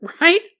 right